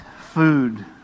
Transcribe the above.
food